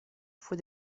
fue